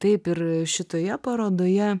taip ir šitoje parodoje